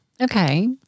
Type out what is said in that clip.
Okay